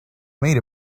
made